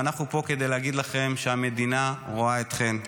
ואנחנו פה כדי להגיד לכם שהמדינה רואה אתכן.